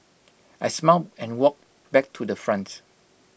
I smiled and walked back to the front